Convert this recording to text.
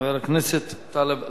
חבר הכנסת טלב אלסאנע.